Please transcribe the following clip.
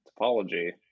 topology